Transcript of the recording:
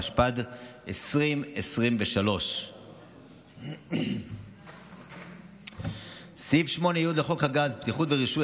התשפ"ד 2023. סעיף 8י לחוק הגז (בטיחות ורישוי),